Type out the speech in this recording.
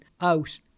out